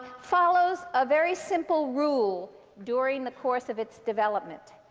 follows a very simple rule during the course of its development.